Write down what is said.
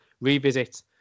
revisit